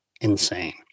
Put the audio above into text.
insane